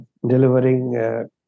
delivering